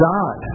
God